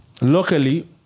Locally